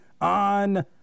on